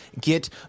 get